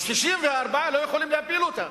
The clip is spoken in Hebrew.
ה-64 לא יכולים להפיל אותה,